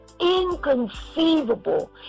inconceivable